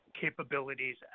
capabilities